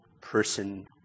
person